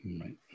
Right